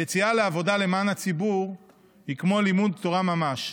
יציאה לעבודה למען הציבור היא כמו לימוד תורה ממש.